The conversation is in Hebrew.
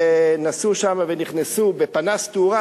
ונסעו שם ונכנסו בפנס תאורה,